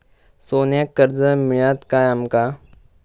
सोन्याक कर्ज मिळात काय आमका?